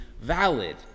valid